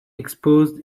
exposed